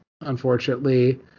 unfortunately